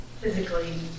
physically